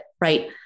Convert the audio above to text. right